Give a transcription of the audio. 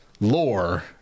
lore